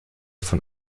von